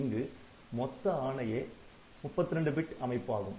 இங்கு மொத்த ஆணையே 32 பிட் அமைப்பாகும்